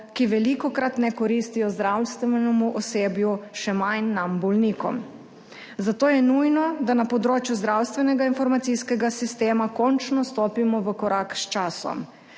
ki velikokrat ne koristijo zdravstvenemu osebju, še manj nam bolnikom, zato je nujno, da na področju zdravstvenega informacijskega sistema končno stopimo v korak s časom.